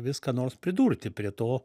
vis ką nors pridurti prie to